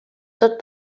tot